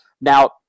Now